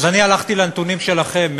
אז אני הלכתי לנתונים שלכם,